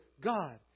God